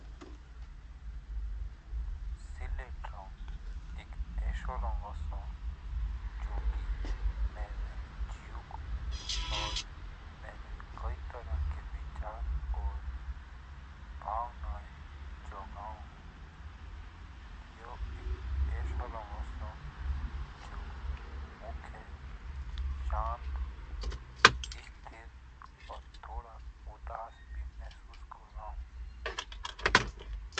स्लेट रंग एक ऐसा रंग जो कि मेरे झुके मेरे गुके और मेरे कई तरह के विचार और भावनाय जगा, यह एक ऐसा रंग ओसो जो मके संत स्थिर और थोड़ा उदास भी महसूस करो।